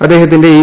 അദ്ദേഹത്തിന്റെ ഇ